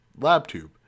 LabTube